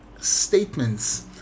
statements